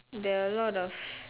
there are a lot of